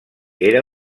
era